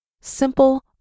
simple